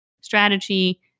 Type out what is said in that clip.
strategy